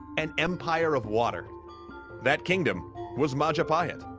an empire of water that kingdom was majapahit